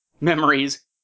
memories